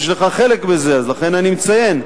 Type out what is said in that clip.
יש לך חלק בזה אז לכן אני מציין,